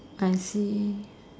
I see